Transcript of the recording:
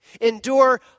Endure